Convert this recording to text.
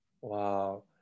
Wow